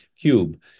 cube